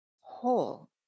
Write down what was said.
whole